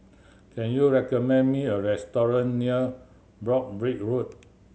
can you recommend me a restaurant near Broabrick Road